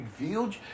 revealed